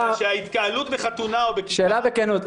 ההתקהלות בחתונה או --- שאלה בכנות,